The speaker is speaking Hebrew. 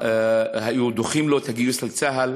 היו דוחים לו את הגיוס לצה"ל.